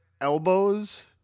elbows